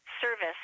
service